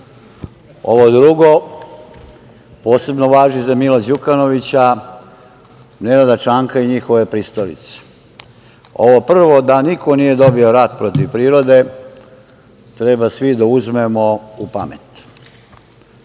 Ovo drugo posebno važi za Mila Đukanovića, Nenada Čanka i njihove pristalice. Ovo prvo da niko nije dobio rat protiv prirode, treba svi da uzmemo u